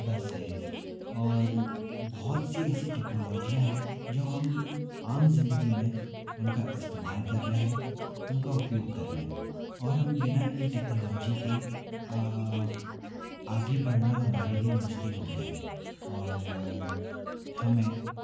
buses और बहुत सी ऐसी टेक्नोलॉजीयाँ हैं जो हम आम जिंदगी में उनका इस्तेमाल कर रहे हैं उनका उपयोग कर रहें और हम बिना इन टेक्नोलॉजी के आगे बढ़ना हमारे लिए मुश्किल हो गया है और हमें